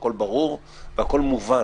הכול ברור והכול מובן.